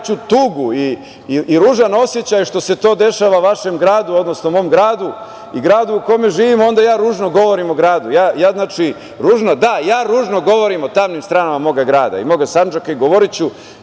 tugu i ružan osećaj što se to dešava u vašem gradu, odnosno mom gradu i gradu u kome živim, onda ja ružno govorim o gradu. Znači, da, ja ružno govorim o tamnim stranama moga grada, moga Sandžaka i govoriću